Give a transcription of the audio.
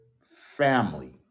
family